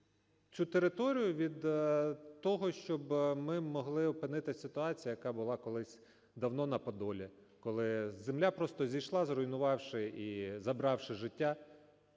цю територію від того, щоб ми могли спинити ситуацію, яка була кол ись давно на Подолі, коли земля просто зійшла, зруйнувавши і забравши життя